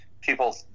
People